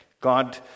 God